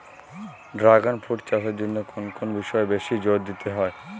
Dragon fruit চাষের জন্য কোন কোন বিষয়ে বেশি জোর দিতে হয়?